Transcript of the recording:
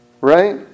right